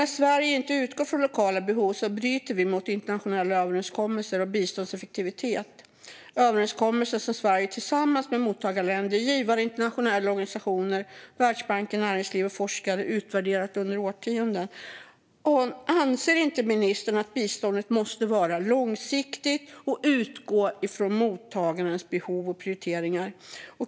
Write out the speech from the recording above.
När Sverige inte utgår från lokala behov bryter vi mot internationella överenskommelser om biståndseffektivitet - överenskommelser som Sverige tillsammans med mottagarländer, givare, internationella organisationer, Världsbanken, näringsliv och forskare utvärderat under årtionden. Anser inte ministern att biståndet måste vara långsiktigt och utgå från mottagarnas behov och prioriteringar?